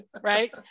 Right